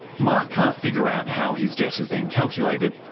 mark can't figure out how his debt has been calculated,